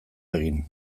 egin